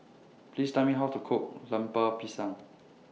Please Tell Me How to Cook Lemper Pisang